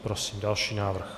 Prosím další návrh.